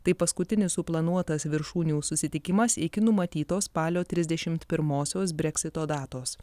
tai paskutinis suplanuotas viršūnių susitikimas iki numatytos spalio trisdešimt pirmosios breksito datos